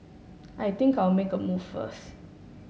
I think I'll make a move first